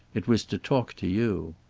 it was to talk to you.